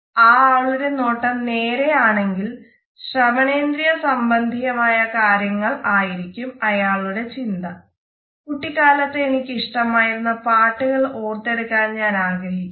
ആ ആളുടെ നോട്ടം നേരെ ആണെങ്കിൽ ശ്രവണെന്ദ്രിയ സംബന്ധിയായ കാര്യം ആയിരിക്കും അയാളുടെ ചിന്ത കുട്ടിക്കാലത്ത് എനിക്ക് ഇഷ്ടമായിരുന്ന പാട്ടുകൾ ഓർത്തെടുക്കാൻ ഞാൻ ആഗ്രഹിക്കുന്നു